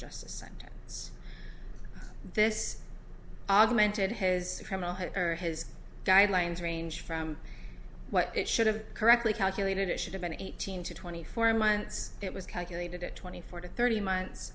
it's this augmented his criminal her his guidelines range from what it should have correctly calculated it should have been eighteen to twenty four months it was calculated at twenty four to thirty month